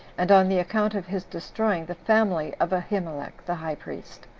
and on the account of his destroying the family of ahimelech the high priest,